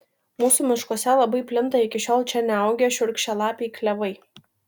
mūsų miškuose labai plinta iki šiol čia neaugę šiurkščialapiai klevai